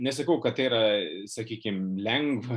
nesakau kad tai yra sakykim lengva